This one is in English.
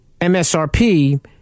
MSRP